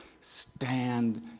stand